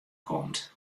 komt